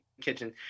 kitchen